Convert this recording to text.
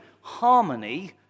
harmony